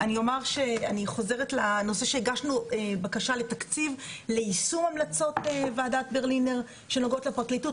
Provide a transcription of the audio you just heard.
הגשנו בקשה לתקציב ליישום המלצות ועדות ברלינר שנוגעות לפרקליטות.